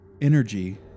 energy